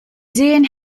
sehen